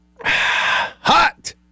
Hot